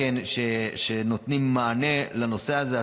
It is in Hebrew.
שנותנים מענה לנושא הזה,